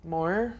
More